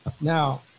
Now